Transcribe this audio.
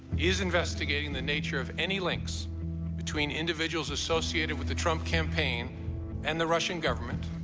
is investigating the nature of any links between individuals associated with the trump campaign and the russian government,